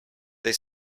they